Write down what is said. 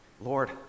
Lord